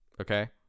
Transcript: okay